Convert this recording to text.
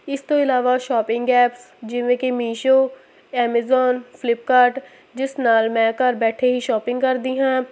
ਇਸ ਤੋਂ ਇਲਾਵਾ ਸ਼ੋਪਿੰਗ ਐਪਸ ਜਿਵੇਂ ਕਿ ਮਿਸ਼ੂ ਐਮੇਜ਼ੋਨ ਫਲਿਪਕਾਰਟ ਜਿਸ ਨਾਲ ਮੈਂ ਘਰ ਬੈਠੇ ਹੀ ਸ਼ੋਪਿੰਗ ਕਰਦੀ ਹਾਂ